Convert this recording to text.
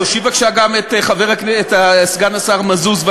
תושיב בבקשה גם את סגן השר מזוז.